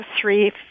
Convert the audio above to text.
three